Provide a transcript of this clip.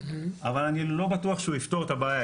אבל אני לא בטוח שהוא יפתור את הבעיה,